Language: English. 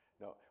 No